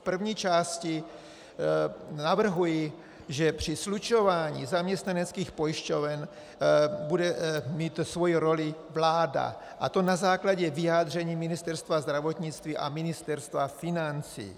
V první části navrhuji, že při slučování zaměstnaneckých pojišťoven bude mít svoji roli vláda, a to na základě vyjádření Ministerstva zdravotnictví a Ministerstva financí.